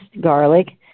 garlic